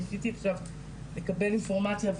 ניסיתי עכשיו לקבל אינפורמציה,